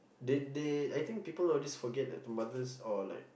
they they I think people always forget that their mothers or like